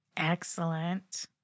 excellent